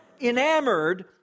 enamored